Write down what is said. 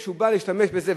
כשהוא בא להשתמש בזה,